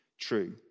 true